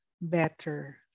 better